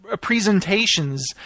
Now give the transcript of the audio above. presentations